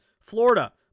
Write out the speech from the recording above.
Florida